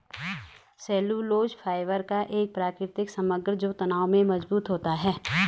cellulose fibre का एक प्राकृतिक समग्र जो तनाव में मजबूत होता है